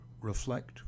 reflect